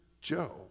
Joe